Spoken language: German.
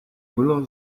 müller